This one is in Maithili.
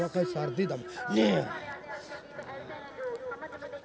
हम आपन ऋण मासिक के ब्याज साप्ताहिक चुका रहल छी